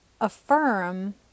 affirm